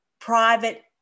private